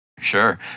Sure